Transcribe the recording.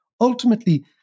ultimately